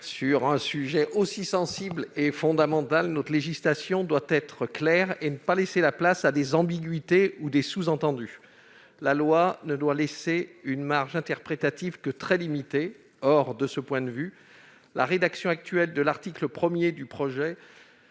Sur un sujet aussi sensible et fondamental, notre législation doit être claire et ne pas laisser la place à des ambiguïtés ou à des sous-entendus. La marge interprétative doit être très limitée. Or, de ce point de vue, la rédaction actuelle de l'article 1 du projet